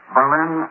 Berlin